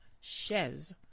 chaise